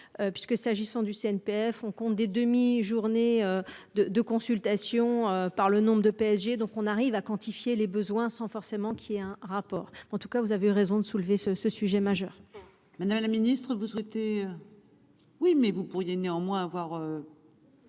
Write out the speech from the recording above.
que s'agissant du CNPF, on compte des demi-journées de de consultation par le nombre de PSG donc on arrive à quantifier les besoins sans forcément qu'il y ait un rapport en tout cas, vous avez raison de soulever ce, ce sujet majeur. Madame la Ministre vous souhaitez. Oui, mais vous pourriez néanmoins avoir.